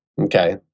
Okay